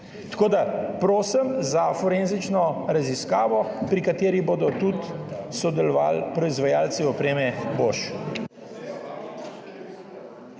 Tako da prosim za forenzično raziskavo, pri kateri bodo sodelovali tudi proizvajalci opreme Bosch.